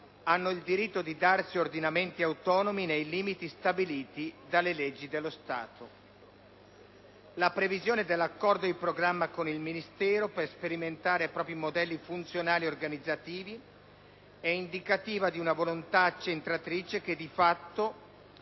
«hanno il diritto di darsi ordinamenti autonomi nei limiti stabiliti dalle leggi dello Stato». La previsione dell'accordo di programma con il Ministero per sperimentare propri modelli funzionali e organizzativi è indicativa di una volontà accentratrice, che di fatto